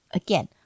again